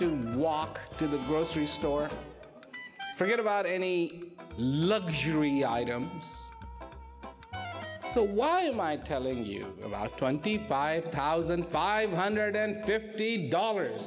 to walk to the grocery store forget about any luxury items so why am i telling you about twenty five thousand five hundred and fifty dollars